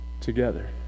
together